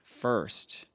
First